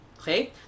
okay